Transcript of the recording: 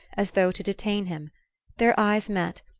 as though to detain him their eyes met,